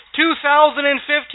2015